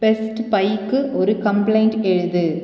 best பைக்கு ஒரு complaint எழுது